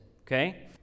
okay